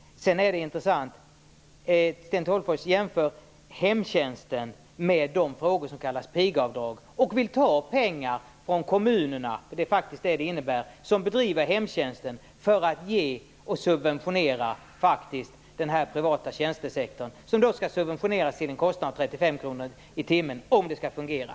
Sedan är det intressant att Sten Tolgfors jämför hemtjänsten med de frågor som kallas pigavdrag och vill ta pengar från kommunerna - det är faktiskt vad det innebär - som bedriver hemtjänsten för att ge åt och subventionera - faktiskt - den här privata tjänstesektorn, som alltså skall subventioneras till en kostnad av 35 kr i timmen om det skall fungera.